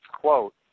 quote